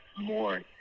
more